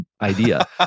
idea